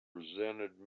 resented